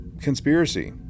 Conspiracy